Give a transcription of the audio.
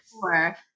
four